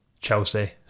Chelsea